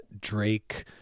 Drake